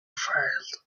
failed